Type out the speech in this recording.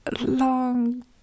long